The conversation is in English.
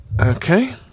okay